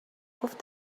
گفت